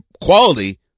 quality